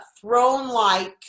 throne-like